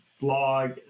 blog